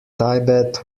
tibet